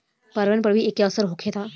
पर्यावरण पर भी एके असर होखता